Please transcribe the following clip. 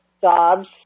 jobs